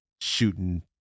shooting